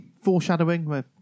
Foreshadowing